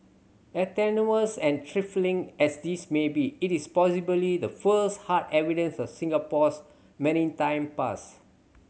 as tenuous and trifling as this may be it is possibly the first hard evidence of Singapore's maritime past